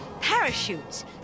Parachutes